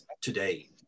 today